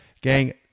gang